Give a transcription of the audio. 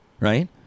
Right